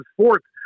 sports